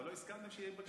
לא הסכמתם שיהיה בג"ץ.